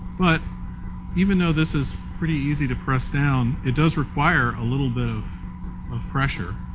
but even though this is pretty easy to press down, it does require a little bit of of pressure.